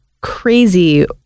crazy